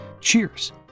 Cheers